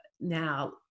now